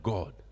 God